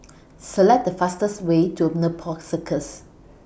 Select The fastest Way to Nepal Circus